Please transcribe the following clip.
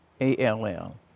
A-L-L